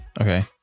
Okay